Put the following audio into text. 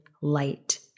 light